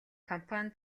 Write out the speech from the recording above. компани